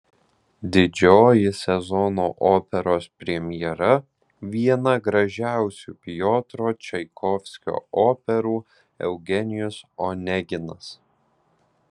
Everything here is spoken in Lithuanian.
didžioji sezono operos premjera viena gražiausių piotro čaikovskio operų eugenijus oneginas